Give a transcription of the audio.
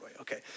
okay